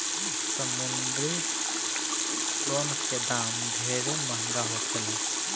समुंद्री प्रोन के दाम ढेरे महंगा होखेला